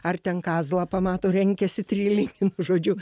ar ten kazlą pamato lenkiasi trylin žodžiu